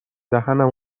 دهنم